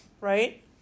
Right